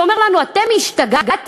אומר לנו: אתם השתגעתם?